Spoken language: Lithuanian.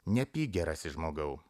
nepyk gerasis žmogau